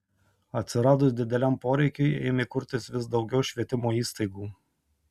atsiradus dideliam poreikiui ėmė kurtis vis daugiau švietimo įstaigų